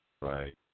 Right